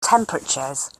temperatures